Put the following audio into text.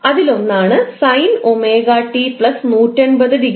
അതിലൊന്നാണ് sine omega t plus 180 degree